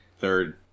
Third